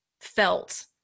felt